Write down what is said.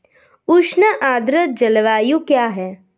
उष्ण आर्द्र जलवायु क्या है?